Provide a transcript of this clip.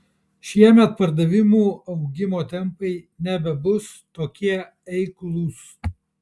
šiemet pardavimų augimo tempai nebebus tokie eiklūs